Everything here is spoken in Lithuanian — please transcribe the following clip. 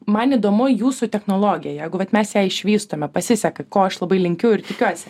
man įdomu jūsų technologija jeigu vat mes ją išvystome pasiseka ko aš labai linkiu ir tikiuosi